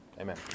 Amen